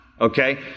Okay